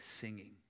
singing